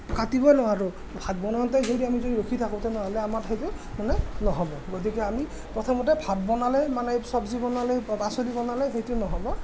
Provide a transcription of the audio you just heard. কাটিবই নোৱাৰোঁ ভাত বনাওঁতে যদি আমি যদি ৰখি থাকোঁ তেনেহ'লে আমাৰ সেইটো মানে নহ'ব গতিকে আমি প্ৰথমতে ভাত বনালে মানে চব্জি বনালে পাচলি বনালে সেইটো নহ'ব